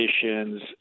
conditions